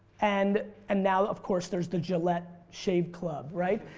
and and now of course there's the gillette shave club. right?